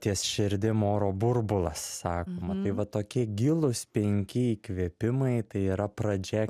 ties širdim oro burbulas sakoma tai vat tokie gilūs penki įkvėpimai tai yra pradžia